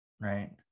right